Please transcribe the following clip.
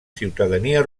ciutadania